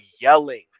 yelling